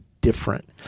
different